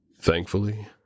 Thankfully